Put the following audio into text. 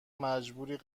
مجبوری